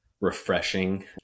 refreshing